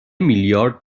میلیارد